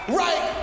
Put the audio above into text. right